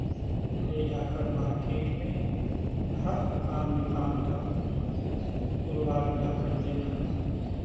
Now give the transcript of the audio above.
ले जा कर मार्केट में हर दुकान दुकान पर पुरवा ले जा कर देना